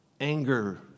anger